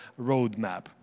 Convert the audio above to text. roadmap